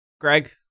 Greg